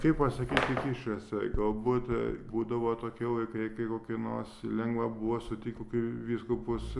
kaip pasakyti kišasi galbūt būdavo tokie laikai kai kokie nors lengva buvo sutikt kokį vyskupus